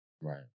right